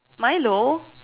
Milo